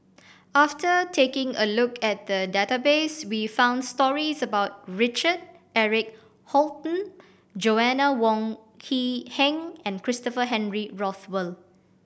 after taking a look at the database we found stories about Richard Eric Holttum Joanna Wong Quee Heng and Christopher Henry Rothwell